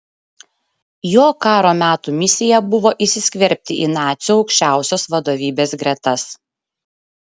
jo karo metų misija buvo įsiskverbti į nacių aukščiausios vadovybės gretas